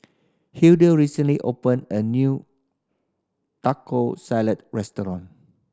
Hilda recently opened a new Taco Salad Restaurant